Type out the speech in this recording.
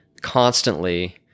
constantly